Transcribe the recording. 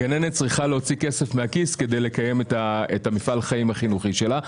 הגננת צריכה להוציא כסף מהכיס כדי לקיים את מפעל החיים החינוכי שלה,